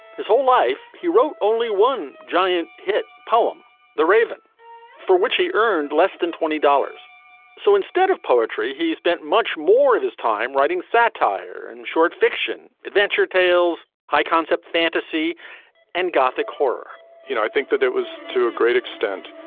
his whole life he wrote only one giant hit poem the raven for which he earned less than twenty dollars so instead of poetry he spent much more of his time writing satire and short fiction adventure tales high concept fantasy and gothic horror. you know i think that it was to a great extent